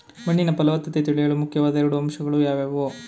ಮಣ್ಣಿನ ಫಲವತ್ತತೆ ತಿಳಿಯಲು ಮುಖ್ಯವಾದ ಎರಡು ಅಂಶಗಳು ಯಾವುವು?